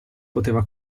poteva